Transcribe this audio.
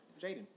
Jaden